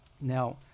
now